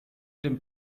dem